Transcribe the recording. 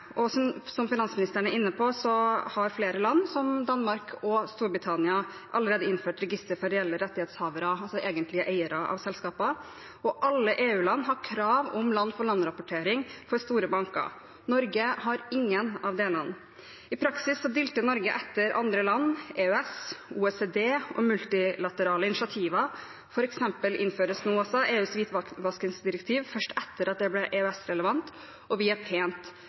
Som finansministeren er inne på, har flere land, som Danmark og Storbritannia, allerede innført register for reelle rettighetshavere, altså egentlige eiere av selskaper. Alle EU-land har krav om land-for-land-rapportering for store banker. Norge har ingen av delene. I praksis dilter Norge etter andre land, EØS, OECD og multilaterale initiativer. For eksempel innføres nå EUs hvitvaskingsdirektiv først etter at det ble EØS-relevant – og vi er pent